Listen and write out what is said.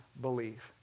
believe